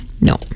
no